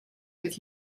with